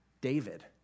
David